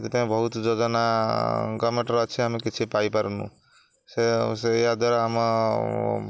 ସେଥିପାଇଁ ବହୁତ ଯୋଜନା ଗମେଣ୍ଟର ଅଛି ଆମେ କିଛି ପାଇପାରୁନୁ ସେ ସେ ସେୟାଦ୍ୱାରା ଆମ